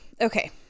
okay